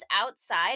outside